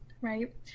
right